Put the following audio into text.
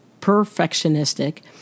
perfectionistic